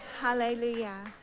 Hallelujah